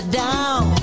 down